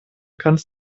kannst